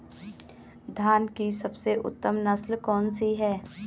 धान की सबसे उत्तम नस्ल कौन सी है?